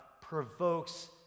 provokes